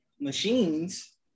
machines